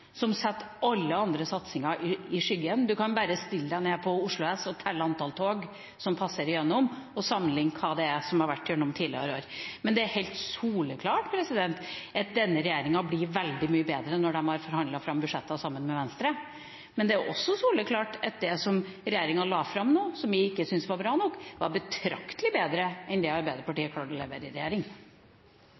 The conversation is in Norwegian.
som setter alle andre satsinger i skyggen. En kan bare stille seg nede på Oslo S og telle antall tog som passerer igjennom, og sammenligne med hvor mange som har passert igjennom i tidligere år. Det er helt soleklart at denne regjeringa blir veldig mye bedre når den har forhandlet fram budsjetter sammen med Venstre, men det er også soleklart at det som regjeringa har lagt fram nå, som vi ikke syns er bra nok, er betraktelig bedre enn det Arbeiderpartiet klarte å levere i regjering.